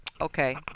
Okay